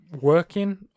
working